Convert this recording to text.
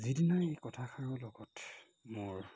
যিদিনাই এই কথাষাৰৰ লগত মোৰ